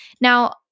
Now